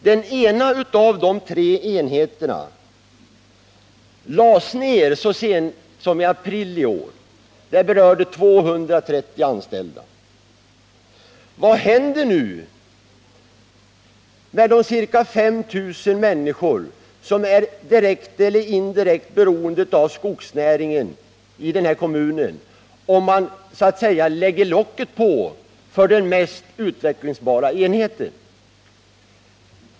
Den ena av de tre enheterna lades ner så sent som i april i år. Det berörde 230 anställda. Vad händer nu med de ca 5 000 människor i denna kommun som är direkt eller indirekt beroende av skogsnäringen, om man så att säga lägger locket på för den mest utvecklingsbara enheten?